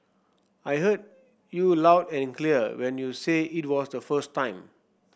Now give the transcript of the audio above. I heard you loud and clear when you said it the first time